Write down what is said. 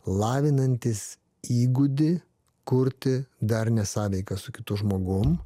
lavinantis įgūdį kurti darnią sąveiką su kitu žmogum